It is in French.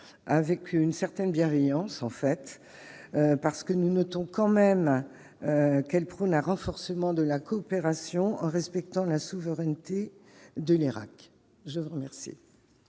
avec une certaine bienveillance en fait parce que nous notons quand même, elle prône un renforcement de la coopération en respectant la souveraineté de l'Irak, je vous remercie.